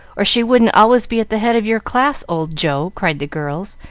or she wouldn't always be at the head of your class, old joe, cried the girls,